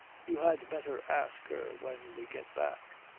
you had better ask her when we get back.